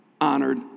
honored